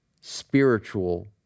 spiritual